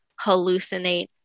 hallucinate